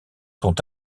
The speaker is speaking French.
sont